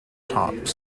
top